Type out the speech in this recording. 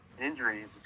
injuries